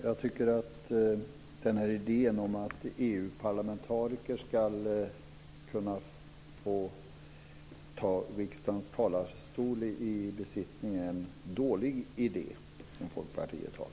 Fru talman! Jag tycker att idén om att EU parlamentariker ska kunna få ta riksdagens talarstol i besittning är en dålig idé som Folkpartiet har.